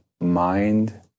mind